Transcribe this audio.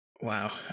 Wow